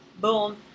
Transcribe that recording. Boom